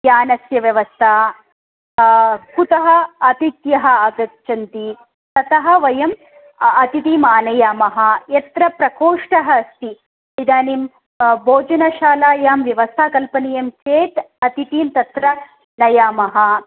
यानस्य व्यवस्था कुतः अतिथयः आगच्छन्ति ततः वयं अतिथिम् आनयामः यत्र प्रकोष्ठः अस्ति इदानीं भोजनशालायां व्यवस्था कल्पनीयं चेत् अतिथीन् तत्र नयामः